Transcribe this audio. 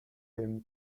him